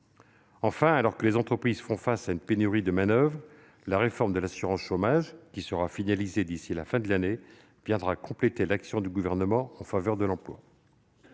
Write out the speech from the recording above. limites. Alors que les entreprises font face à une pénurie de main-d'oeuvre, la réforme de l'assurance chômage, qui sera finalisée d'ici à la fin de l'année, viendra compléter l'action du Gouvernement en faveur de l'emploi.